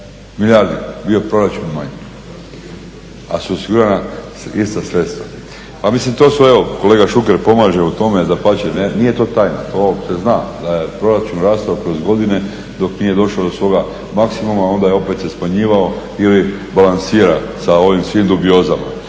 milijardi bio proračun manji, ali su osigurana ista sredstva. Pa mislim, to su, evo, kolega Šuker pomaže u tome, dapače, nije to tajna, to se zna da je proračun rastao kroz godine dok nije došao do svoga maksimuma, onda je opet se smanjivao ili balansira sa ovim svim dubiozama.